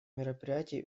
мероприятий